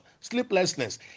sleeplessness